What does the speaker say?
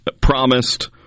promised